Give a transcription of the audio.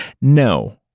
No